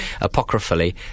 apocryphally